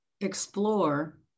explore